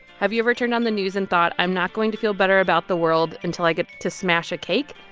have you ever turned on the news and thought, i'm not going to feel better about the world until i get to smash a cake?